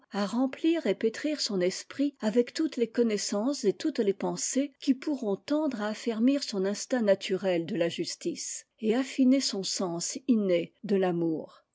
à remplir et pétrir son esprit avec toutes les connaissances et toutes les pensées qui pourront tendre à affermir son instinct naturel de la justice et affiner son sens inné de l'amour